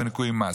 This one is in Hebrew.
וניכוי מס.